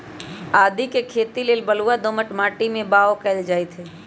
आदीके खेती लेल बलूआ दोमट माटी में बाओ कएल जाइत हई